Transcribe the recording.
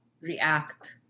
react